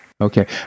Okay